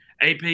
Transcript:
AP